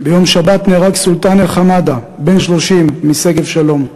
ביום שבת נהרג סולטן אלחמאדה, בן 30, משגב-שלום,